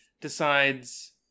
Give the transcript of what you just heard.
decides